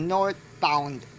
Northbound